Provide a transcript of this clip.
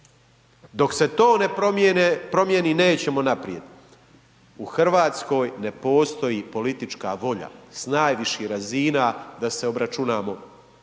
Dok se to ne promijeni, nećemo naprijed. U Hrvatskoj ne postoji politička volja sa najviših razina da se obračunamo